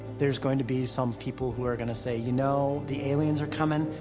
there's going to be some people who are gonna say, you know, the aliens are coming.